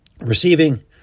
Receiving